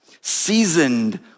seasoned